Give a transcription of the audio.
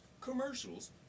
commercials